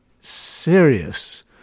serious